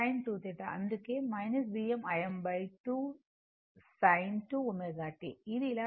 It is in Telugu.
అందుకే Vm Im2 sin 2ω t ఇది ఇలా వ్రాసుంది